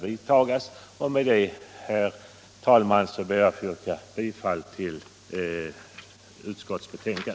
Med det anförda ber jag, herr talman, att få yrka bifall till utskottets hemställan.